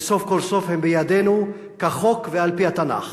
וסוף כל סוף הם בידנו כחוק ועל-פי התנ"ך.